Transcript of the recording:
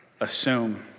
assume